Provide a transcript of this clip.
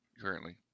currently